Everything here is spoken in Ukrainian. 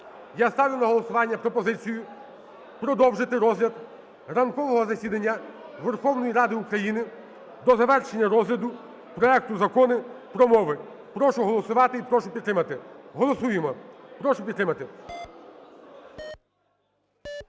Я ставлю на голосування пропозицію продовжити розгляд ранкового засідання Верховної Ради України до завершення розгляду проекту Закону про мови. Прошу голосувати і прошу підтримати. Голосуємо. Прошу підтримати.